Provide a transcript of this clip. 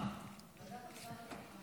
ועדת העבודה והרווחה.